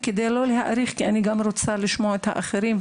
כי אני רוצה גם לשמוע את האחרים,